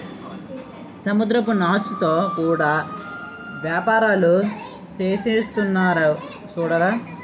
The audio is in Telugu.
సముద్రపు నాచుతో కూడా యేపారాలు సేసేస్తున్నారు సూడరా